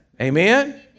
Amen